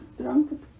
drunk